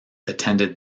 attended